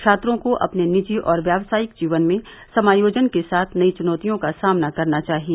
छात्रों को अपने निजी और व्यवसायिक जीवन में समायोजन के साथ नई चुनौतियों का सामना करना चाहिए